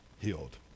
healed